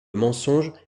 mensonge